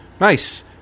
Nice